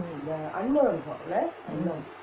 mm